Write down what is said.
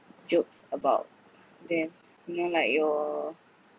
jokes about death you know like your